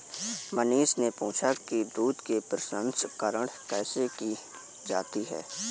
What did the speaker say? मनीष ने पूछा कि दूध के प्रसंस्करण कैसे की जाती है?